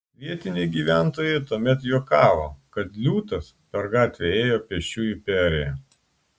vietiniai gyventojai tuomet juokavo kad liūtas per gatvę ėjo pėsčiųjų perėja